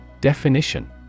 Definition